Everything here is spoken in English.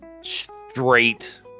straight